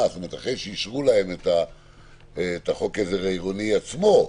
אחרי שאישרו להם את חוק העזר העירוני עצמו,